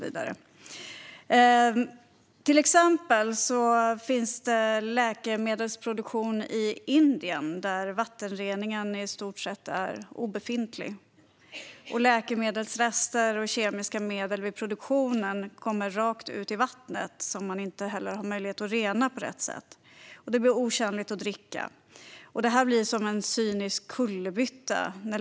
Till exempel finns det läkemedelsproduktion i Indien, där vattenreningen i stort sett är obefintlig. Läkemedelsrester och kemiska medel vid produktionen åker rakt ut i vattnet, som man inte heller har möjlighet att rena på rätt sätt. Det blir otjänligt. Det blir som en cynisk kullerbytta.